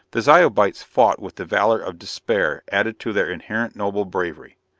the zyobites fought with the valor of despair added to their inherent noble bravery.